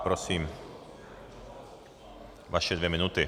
Prosím, vaše dvě minuty.